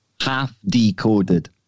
half-decoded